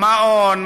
מעון,